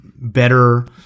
better